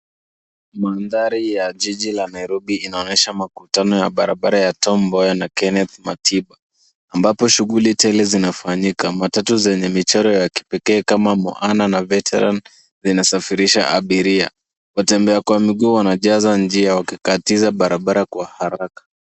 Mandhari ya jiji la Nairobi inaonyesha makutano ya Tom Mboya na Kenneth Matiba ambapo shughuli tele zinafanyika. Matatu zenye michoro ya kipekee kama Moana na better health zinasafirisha abiria. Watembea kwa miguu wanajaza njia wakikatiza barabara kwa haraka.